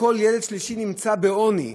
שכל ילד שלישי נמצא בעוני.